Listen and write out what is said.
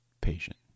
patient